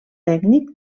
tècnic